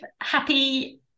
happy